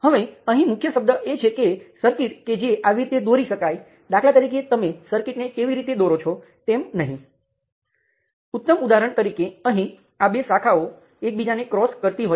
તેથી હું તમને જે કરવાનું સૂચન કરું છું તે કૃપા કરીને આ સર્કિટ માટે મેશ વિશ્લેષણ સમીકરણો લખો જેમ કે મેં કહ્યું કે આ કરંટ નિયંત્રિત વોલ્ટેજ સ્ત્રોત જેવું જ છે